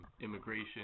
immigration